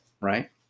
right